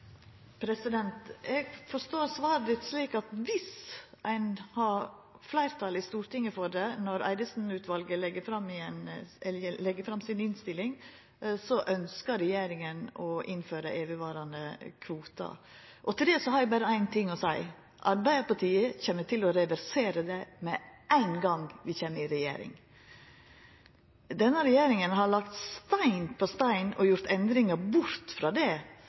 Eg forstår svaret ditt slik at viss ein har fleirtal i Stortinget for det når Eidesen-utvalet legg fram innstillinga si, så ønskjer regjeringa å innføra evigvarande kvotar. Til det har eg berre éin ting å seia: Arbeidarpartiet kjem til å reversera det med ein gong vi kjem i regjering. Denne regjeringa har lagt stein på stein og gjort endringar bort frå det